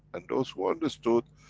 and those who understood,